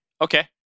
Okay